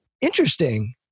interesting